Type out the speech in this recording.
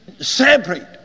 separate